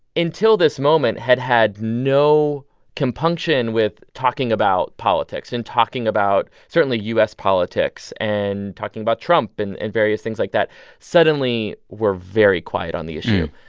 until this moment, had had no compunction with talking about politics and talking about, certainly, u s. politics and talking about trump and and various things like that suddenly were very quiet on the issue,